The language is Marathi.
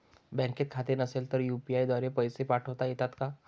बँकेत खाते नसेल तर यू.पी.आय द्वारे पैसे पाठवता येतात का?